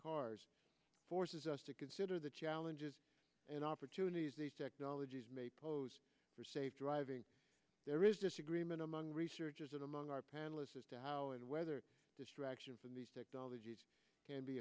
cars forces us to consider the challenges and opportunities these technologies may pose for safe driving there is disagreement among researchers and among our panelists as to how and whether distraction from these technologies can be